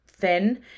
thin